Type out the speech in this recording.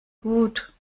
gut